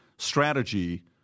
Strategy